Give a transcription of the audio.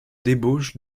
débauche